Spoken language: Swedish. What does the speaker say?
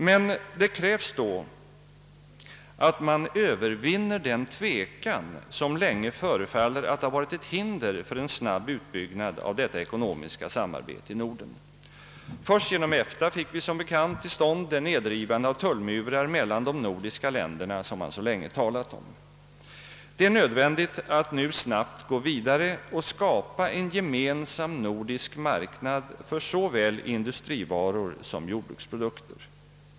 Men det krävs då att man övervinner den tvekan som länge förefaller att ha varit ett hinder för en snabb utbyggnad av detta ekonomiska samarbete i Norden. Först genom EFTA fick vi som bekant till stånd det nedrivande av tullmurar mellan de nordiska länderna som man så länge talat om. Det är nödvändigt att snabbt gå vidare och skapa en gemensam nordisk marknad för såväl industrivaror som jordbruksprodukter.